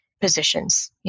positions